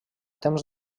temps